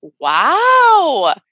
wow